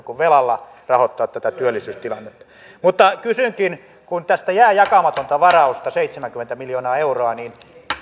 kuin velalla rahoittaa tätä työllisyystilannetta mutta kysynkin kun tästä jää jakamatonta varausta seitsemänkymmentä miljoonaa euroa